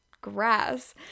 grass